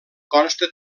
consta